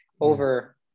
over